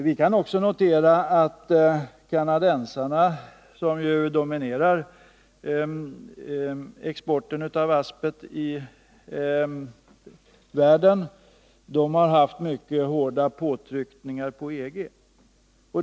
Vi kan också notera att kanadensarna, som ju dominerar exporten av asbest i världen, har haft mycket hårda påtryckningar på EG.